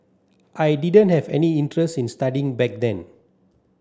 I didn't have any interest in studying back then